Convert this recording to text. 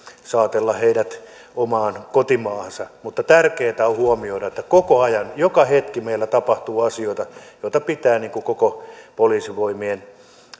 saatella heidät omaan kotimaahansa mutta tärkeätä on huomioida että koko ajan joka hetki meillä tapahtuu asioita joita pitää arvioida suhteessa koko poliisivoimien